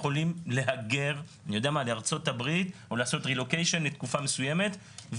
יכולים להגר לארצות הברית או לעשות רילוקיישן לתקופה מסוימת,